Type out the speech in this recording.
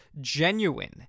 genuine